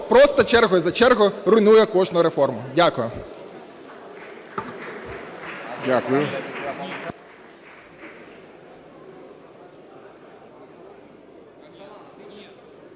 просто черга за чергою руйнує кожну реформу. Дякую.